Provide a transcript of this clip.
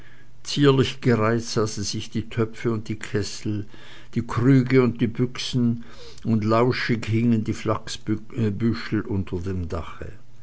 zierlich gereiht sah sie die töpfe und die kessel die krüge und die büchsen und lauschig hingen die flachsbüschel unter dem dache